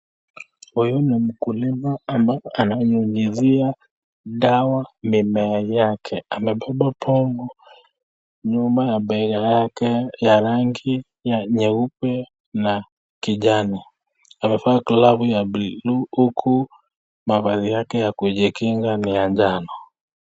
Huyu ni mkulima ambaye ananyunyizia dawa mimea yake amebeba bomun nyuma ya bega yake nyeupe na kijani, amevaa glovu ya bluu huku mavazi yake ya kujikinga ni ya njano.